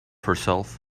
herself